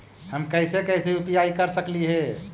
हम कैसे कैसे यु.पी.आई कर सकली हे?